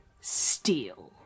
steal